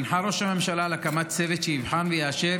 הנחה ראש הממשלה על הקמת צוות שיבחן ויאשר